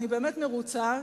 אני באמת מרוצה,